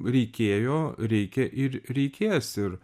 reikėjo reikia ir reikės ir